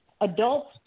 adults